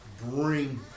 bring